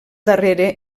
darrere